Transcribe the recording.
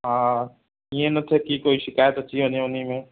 हा इअं न थिए की कोई शिकायत अची वञे उन्ही में